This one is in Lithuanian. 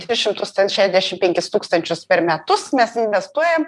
tris šimtus šešiasdešim penkis tūkstančius per metus mes investuojam